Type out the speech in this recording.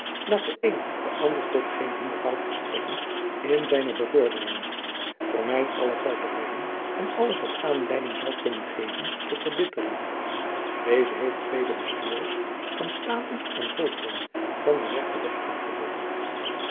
laat de een den ander tot geen hinderpaal verstrekken in zijne bevorderingen vermijd alle kuiperijen en alles wat aanleiding zou kunnen geven tot verbittering deze heeft vele bestuurders van staten en volkeren van den regten weg afgeholpen